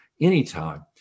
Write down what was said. anytime